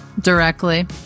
Directly